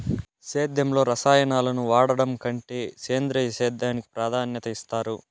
సేద్యంలో రసాయనాలను వాడడం కంటే సేంద్రియ సేద్యానికి ప్రాధాన్యత ఇస్తారు